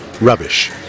rubbish